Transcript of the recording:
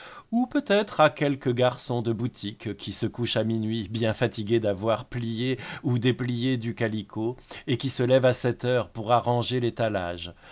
ou peut-être à quelque garçon de boutique qui se couche à minuit bien fatigué d'avoir plié ou déplié du calicot et qui se lève à sept heures pour arranger l'étalage